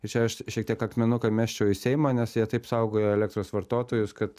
ir čia aš šiek tiek akmenuką mesčiau į seimą nes jie taip saugoja elektros vartotojus kad